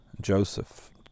Joseph